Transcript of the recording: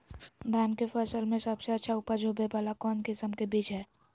धान के फसल में सबसे अच्छा उपज होबे वाला कौन किस्म के बीज हय?